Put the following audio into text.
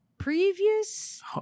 Previous